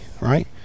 right